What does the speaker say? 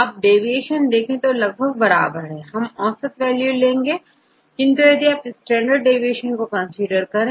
आप डेविएशन देखें तो यह लगभग बराबर होगा हम औसत वैल्यू लेंगे किंतु यदि आप स्टैंडर्ड डेविएशन को कंसीडर करें